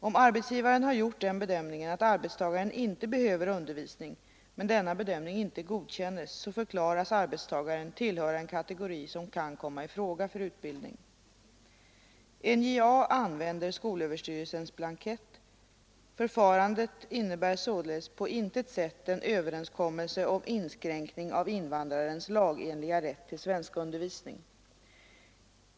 Om arbetsgivaren har gjort den bedömningen att arbetstagaren inte behöver undervisning men denna bedömning inte godkännes, förklaras arbetstagaren tillhöra den kategori som kan komma i fråga för utbildning. NJA använder skolöverstyrelsens blankett. Förfarandet innebär således på intet sätt en överenskommelse om inskränkning av invandrarens lagenliga rätt till svenskundervisning.